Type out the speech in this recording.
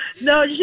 No